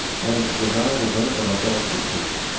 and a desire to benefit our fellow-creatures.